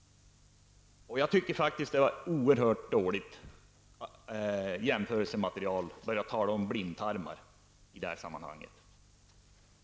Jag tycker faktiskt det var en oerhört dålig jämförelse att börja tala om blindtarm i det här sammanhanget.